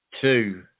two